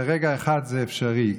לרגע אחד זה אפשרי,